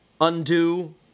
Undo